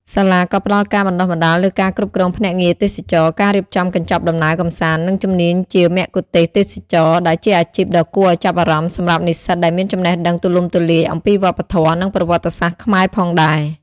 សាលាក៏ផ្ដល់ការបណ្តុះបណ្តាលលើការគ្រប់គ្រងភ្នាក់ងារទេសចរណ៍ ការរៀបចំកញ្ចប់ដំណើរកម្សាន្ត និងជំនាញជា មគ្គុទ្ទេសក៍ទេសចរណ៍ ដែលជាអាជីពដ៏គួរឱ្យចាប់អារម្មណ៍សម្រាប់និស្សិតដែលមានចំណេះដឹងទូលំទូលាយអំពីវប្បធម៌ និងប្រវត្តិសាស្ត្រខ្មែរផងដែរ។